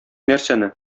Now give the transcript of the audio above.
нәрсәне